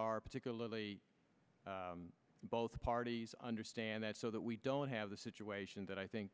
are particularly both parties understand that so that we don't have the situation that i think